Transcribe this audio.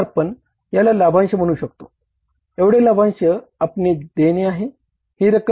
म्हणून आपण याला लाभांश म्हणू शकतो एवढे लाभांश आपले देणे आहे